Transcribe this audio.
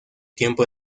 tiempo